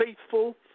faithful